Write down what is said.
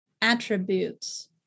attributes